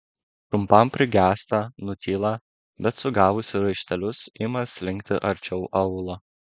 trumpam prigęsta nutyla bet sugavusi raištelius ima slinkti arčiau aulo